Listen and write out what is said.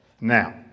Now